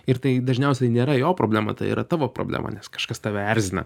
ir tai dažniausiai nėra jo problema tai yra tavo problema nes kažkas tave erzina